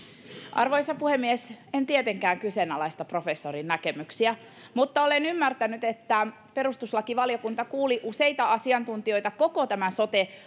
arvoisa puhemies en tietenkään kyseenalaista professorin näkemyksiä mutta olen ymmärtänyt että perustuslakivaliokunta kuuli useita asiantuntijoita koko tämän sote